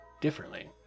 differently